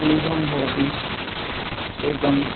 त्रिविधं भवति एकम्